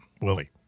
Willie